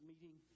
meeting